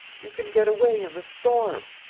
you can get away in the storm.